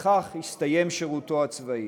ובכך יסתיים שירותו הצבאי.